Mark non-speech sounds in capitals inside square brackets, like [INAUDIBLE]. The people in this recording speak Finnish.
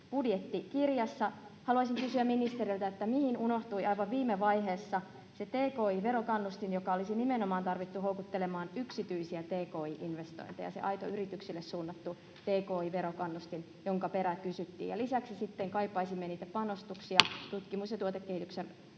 Haluaisin kysyä ministeriltä: mihin unohtui aivan viime vaiheessa se tki-verokannustin, joka olisi nimenomaan tarvittu houkuttelemaan yksityisiä tki-investointeja, se aito yrityksille suunnattu tki-verokannustin, jonka perään kysyttiin? Ja lisäksi sitten kaipaisimme niitä panostuksia [NOISE]